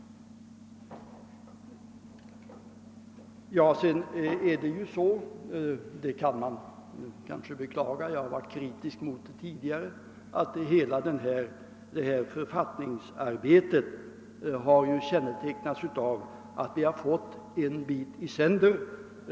För övrigt kan man kanske beklaga — jag har varit kritiskt inställd mot det tidigare — att hela detta författningsarbete kännetecknats av att vi fått en bit i sänder.